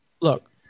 Look